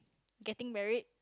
getting married